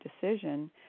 decision